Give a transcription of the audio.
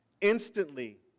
Instantly